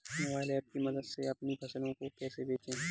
Mobile app की मदद से अपनी फसलों को कैसे बेचें?